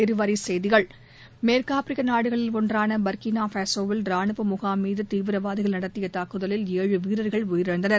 இருவரிச்செய்திகள் மேற்கு ஆப்ரிக்க நாடுகளில் ஒன்றான பர்கினா ஃபாஸோவில் ராணுவ முகாம் மீது தீவிரவாதிகள் நடத்திய தாக்குதலில் ஏழு வீரர்கள் உயிரிழந்தனர்